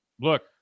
look